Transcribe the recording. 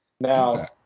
Now